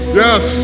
yes